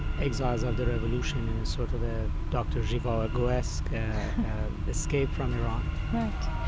exiles of the revolution in a sort of ah dr. zhivago-esque escape from iran right.